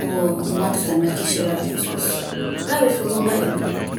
وما تطيق تعمل كشي بهذا الخصوص لا ويفرضون رأيم هم